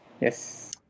Yes